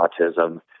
autism